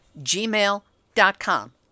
gmail.com